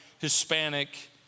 Hispanic